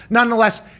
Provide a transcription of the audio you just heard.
Nonetheless